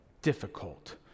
difficult